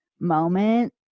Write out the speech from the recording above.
moment